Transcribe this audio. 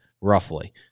Roughly